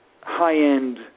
high-end